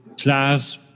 class